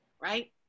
right